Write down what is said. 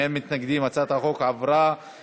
(הארכת משך הזכאות לגמלת סיעוד בתקופת אשפוז),